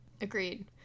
Agreed